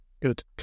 Good